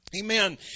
Amen